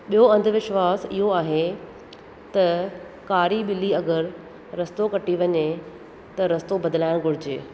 ॿियो अंधविश्वासु इहो आहे त कारी ॿिली अगरि रस्तो कटे वञे त रस्तो बदलाइणु घुरिजे